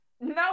no